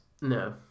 No